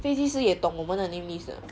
飞机师也懂我们的 name list 的